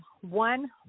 one